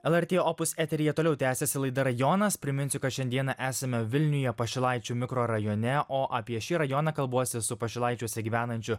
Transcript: el er tė opus eteryje toliau tęsiasi laida rajonas priminsiu kad šiandieną esame vilniuje pašilaičių mikrorajone o apie šį rajoną kalbuosi su pašilaičiuose gyvenančiu